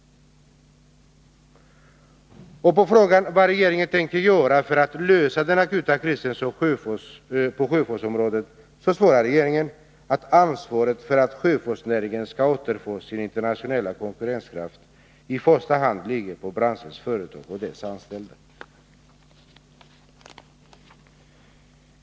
Och på frågan vad regeringen tänker göra för att lösa den akuta krisen på sjöfartsområdet svarar regeringen att ansvaret för att sjöfartsnäringen skall återfå sin internationella konkurrenskraft i första hand ligger på branschens företag och dess anställda.